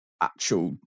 actual